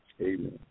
Amen